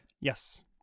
Yes